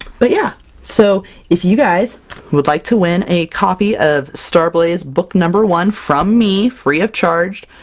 but yeah so if you guys would like to win a copy of starblaze book number one from me, free of charge,